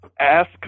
ask